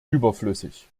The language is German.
überflüssig